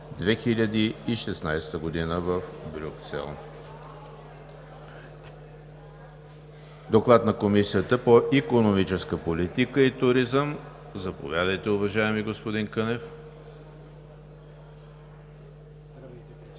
2016 г. В БРЮКСЕЛ. Доклад на Комисията по икономическа политика и туризъм. Заповядайте, уважаеми господин Кънев.